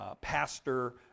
Pastor